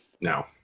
no